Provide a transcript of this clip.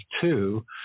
two